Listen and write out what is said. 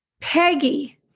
Peggy